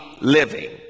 living